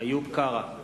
איוב קרא,